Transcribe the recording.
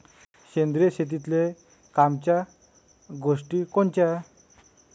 सेंद्रिय शेतीतले कामाच्या गोष्टी कोनच्या?